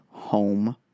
home